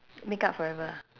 makeup forever